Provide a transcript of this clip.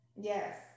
yes